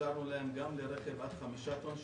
אפשרנו להם גם ברכב עד 5 טון,